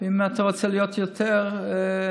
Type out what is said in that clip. אם אתה רוצה להיות יותר ספציפי,